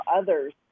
others